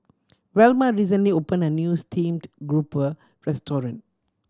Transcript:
Velma recently opened a new steamed grouper restaurant